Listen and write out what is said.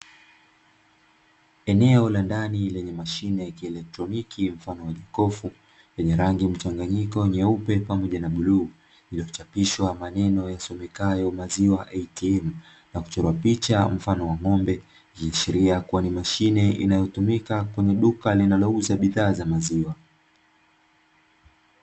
Eneo la ndani lenye mashine ya kielektroniki mfano wa jokofu lenye rangi mchanganyiko nyeupe pamoja na bluu, iliyochapishwa maneno yasomekayo "maziwa ATM" na kuchora picha mfano wa ng'ombe; ikiashiria kuwa ni mashine inayotumika kwenye duka linalouza bidhaa za maziwa.